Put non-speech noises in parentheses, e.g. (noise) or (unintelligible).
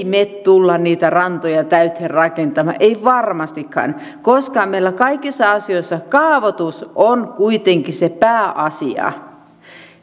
(unintelligible) me tule niitä rantoja täyteen rakentamaan emme varmastikaan koska meillä kaikissa asioissa kaavoitus on kuitenkin se pääasia